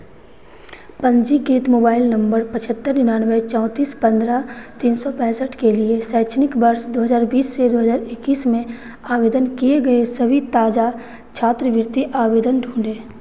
पंजीकृत mobile number पचहत्तर निन्यानवे चौंतीस पंद्रह तीन सौ पैंसठ के लिए शैक्षणिक वर्ष दो हज़ार बीस से इक्कीस में आवेदन किए गए सभी ताज़ा छात्रवृत्ति आवेदन ढूँढें